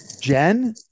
Jen